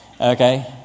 Okay